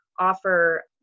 offer